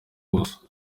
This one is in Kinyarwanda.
buso